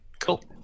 Cool